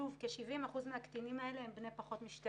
שוב, כ-70 אחוזים מהקטינים האלה הם בני פחות מ-12.